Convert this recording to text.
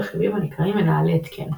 באמצעות רכיבים הנקראים מנהלי התקן.